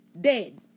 dead